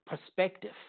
perspective